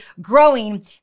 growing